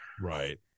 Right